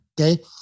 Okay